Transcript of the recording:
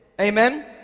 Amen